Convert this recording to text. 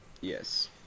Yes